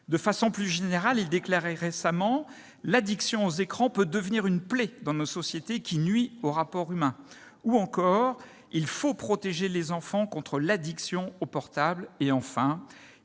De façon plus générale, il déclarait récemment :« l'addiction aux écrans peut devenir une plaie dans nos sociétés, qui nuit aux rapports humains », ou encore :« il faut protéger les enfants contre l'addiction aux portables », et enfin